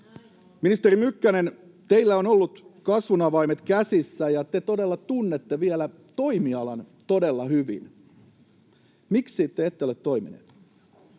Ministeri Mykkänen, teillä on ollut kasvun avaimet käsissä, ja te todella tunnette vielä toimialan todella hyvin. Miksi te ette ole toimineet?